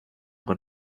con